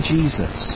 Jesus